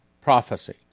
prophecy